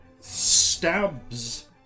stabs